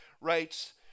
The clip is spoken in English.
writes